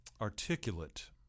articulate